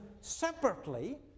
separately